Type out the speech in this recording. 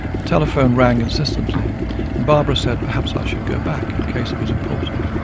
the telephone rang insistently and barbara said perhaps i should go back in case it was important.